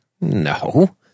no